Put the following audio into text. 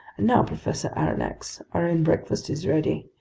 now, professor aronnax, our own breakfast is ready.